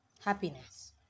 Happiness